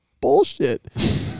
bullshit